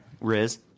Riz